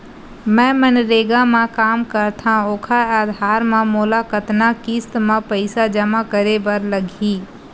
मैं मनरेगा म काम करथव, ओखर आधार म मोला कतना किस्त म पईसा जमा करे बर लगही?